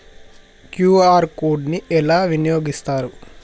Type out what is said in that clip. QR code ని ఎలా వినియోగిస్తారు?